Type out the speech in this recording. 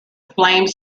flames